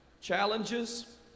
challenges